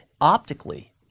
optically